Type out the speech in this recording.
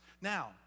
Now